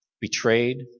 betrayed